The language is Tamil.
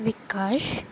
விகாஷ்